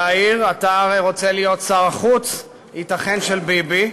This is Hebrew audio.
יאיר, אתה הרי רוצה להיות שר החוץ, ייתכן של ביבי,